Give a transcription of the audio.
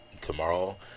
tomorrow